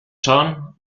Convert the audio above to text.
son